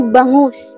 Bangus